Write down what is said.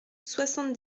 soixante